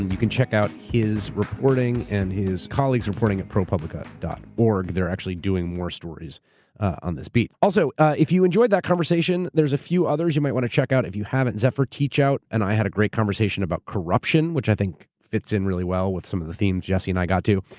and you can check out his reporting, and his colleagues reporting at propublica. org. they're actually doing more stories on this beat. also, if you enjoyed that conversation, there's a few others you might want to check out, if you haven't. zephyr teachout, and i had a great conversation about corruption, which i think fits in really well with some of the themes jesse and i got to.